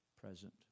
present